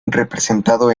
representado